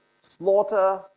slaughter